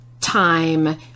time